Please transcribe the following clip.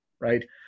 right